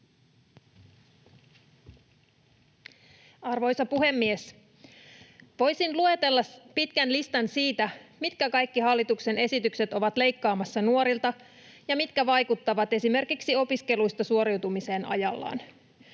Arvoisa puhemies! Voisin luetella pitkän listan siitä, mitkä kaikki hallituksen esitykset ovat leikkaamassa nuorilta ja mitkä vaikuttavat esimerkiksi opiskeluista suoriutumiseen ajallaan.